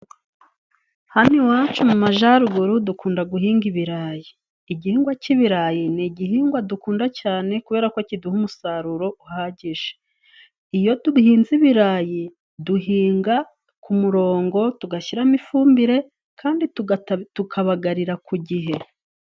Hano iwacu mu majaruguru dukunda guhinga ibirayi. Igihingwa c'ibirayi ni igihingwa dukunda cane kubera ko kiduha umusaruro uhagije. Iyo duhinze ibirayi duhinga ku murongo, tugashyiramo ifumbire, kandi tukabagarira ku gihe.